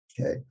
Okay